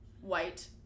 white